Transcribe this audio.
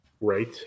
Right